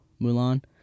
Mulan